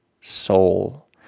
soul